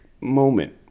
moment